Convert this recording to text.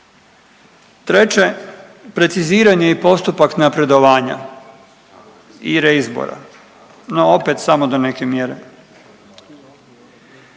Treće, preciziran je i postupak napredovanja i reizbora no opet samo do neke mjere.